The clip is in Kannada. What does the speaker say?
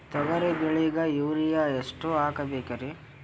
ತೊಗರಿ ಬೆಳಿಗ ಯೂರಿಯಎಷ್ಟು ಹಾಕಬೇಕರಿ?